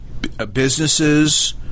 Businesses